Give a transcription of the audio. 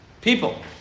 people